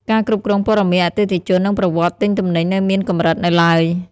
ការគ្រប់គ្រងព័ត៌មានអតិថិជននិងប្រវត្តិទិញទំនិញនៅមានកម្រិតនៅឡើយ។